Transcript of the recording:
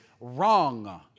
wrong